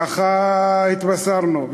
ככה התבשרנו.